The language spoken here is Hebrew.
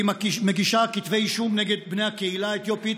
והיא מגישה כתבי אישום נגד בני הקהילה האתיופית